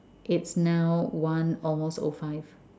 it's now one almost o five